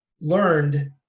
learned